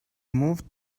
moved